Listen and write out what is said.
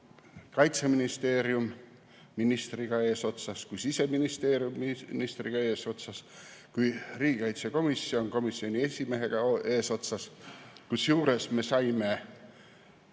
Kaitseministeerium ministriga eesotsas, Siseministeerium ministriga eesotsas kui ka riigikaitsekomisjon komisjoni esimehega eesotsas. Kusjuures me saime